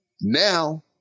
Now